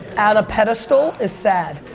at a pedestal is sad.